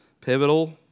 pivotal